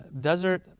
desert